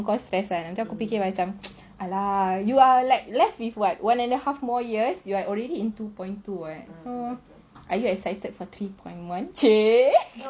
kau stress kan aku fikir macam ah lah you are left with err one and a half more years you are already in two point two ah so are you excited for three point one !chey!